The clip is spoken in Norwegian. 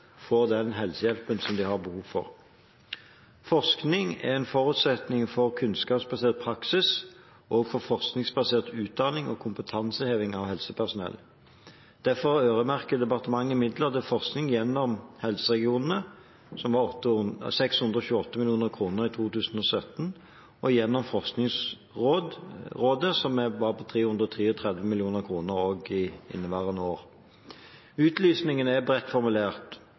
får den helsehjelpen de har behov for. Forskning er en forutsetning for kunnskapsbasert praksis og for forskningsbasert utdanning og kompetanseheving av helsepersonell. Derfor øremerker departementet midler til forskning gjennom helseregionene, 628 mill. kr i 2017, og gjennom Forskningsrådet, 333 mill. kr i inneværende år. Utlysningene er bredt formulert, og dersom forskningsprosjektene når opp i konkurransen om forskningsmidler, vil de også kunne finansiere forskning på stoffskiftesykdommer. Det er